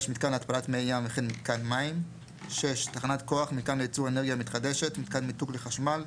והבנייה, "תשתיות לאומיות"